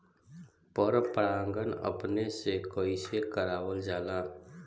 पर परागण अपने से कइसे करावल जाला?